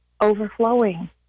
overflowing